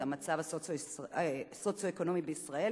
המצב הסוציו-אקונומי בישראל